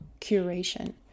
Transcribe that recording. curation